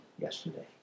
yesterday